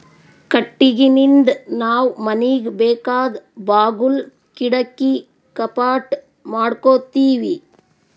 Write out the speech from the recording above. ಕಟ್ಟಿಗಿನಿಂದ್ ನಾವ್ ಮನಿಗ್ ಬೇಕಾದ್ ಬಾಗುಲ್ ಕಿಡಕಿ ಕಪಾಟ್ ಮಾಡಕೋತೀವಿ